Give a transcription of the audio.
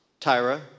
Tyra